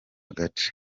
gace